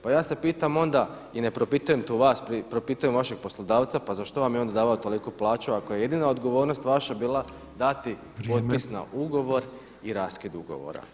Pa ja se pitam onda i ne propitujem tu vas, propitujem vašeg poslodavca pa za što vam je onda davao toliku plaću ako je jedina odgovornost vaša bila dati [[Upadica predsjednik: Vrijeme.]] potpis na ugovor i raskid ugovora o radu.